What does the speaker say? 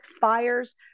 fires